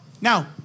Now